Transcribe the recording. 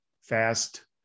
fast